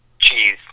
Cheese